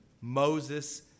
Moses